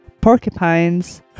porcupines